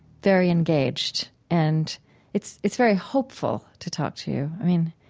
very engaged and it's it's very hopeful to talk to you. i mean,